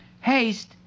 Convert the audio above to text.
Haste